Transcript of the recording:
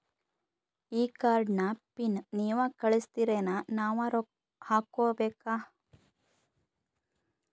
ಈ ಕಾರ್ಡ್ ನ ಪಿನ್ ನೀವ ಕಳಸ್ತಿರೇನ ನಾವಾ ಹಾಕ್ಕೊ ಬೇಕು?